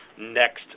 next